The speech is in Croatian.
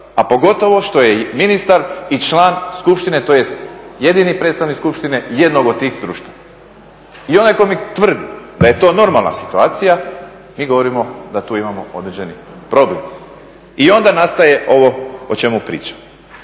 a pogotovo što je ministar i član skupštine, tj. jedini predstavnik skupštine jednog od tih društva. I onaj tko mi tvrdi da je to normalna situacija mi govorimo da tu imamo određeni problem. I onda nastaje ovo o čemu pričam.